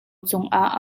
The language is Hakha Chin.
cungah